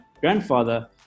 grandfather